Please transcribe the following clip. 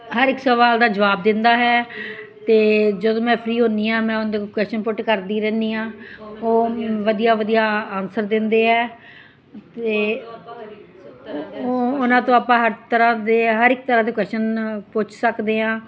ਹਰ ਇੱਕ ਸਵਾਲ ਦਾ ਜਵਾਬ ਦਿੰਦਾ ਹੈ ਅਤੇ ਜਦੋਂ ਮੈਂ ਫਰੀ ਹੁੰਦੀ ਹਾਂ ਮੈਂ ਉਹਦੇ ਕੋਲੋਂ ਕੁਸ਼ਚਨ ਪੁੱਟ ਕਰਦੀ ਰਹਿੰਦੀ ਹਾਂ ਉਹ ਵਧੀਆ ਵਧੀਆ ਆਨਸਰ ਦਿੰਦੇ ਹੈ ਅਤੇ ਉਹ ਉਹਨਾਂ ਤੋਂ ਆਪਾਂ ਹਰ ਤਰ੍ਹਾਂ ਦੇ ਹਰ ਇੱਕ ਤਰ੍ਹਾਂ ਦੇ ਕੁਸ਼ਚਨ ਪੁੱਛ ਸਕਦੇ ਹਾਂ